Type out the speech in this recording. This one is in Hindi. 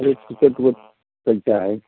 अरे टिकट विकेट कैसी है